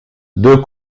deux